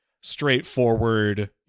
straightforward